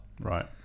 Right